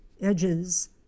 edges